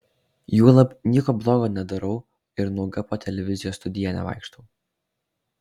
juolab nieko blogo nedarau ir nuoga po televizijos studiją nevaikštau